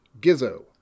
Gizzo